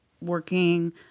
working